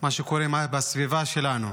את מה שקורה בסביבה שלנו.